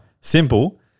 simple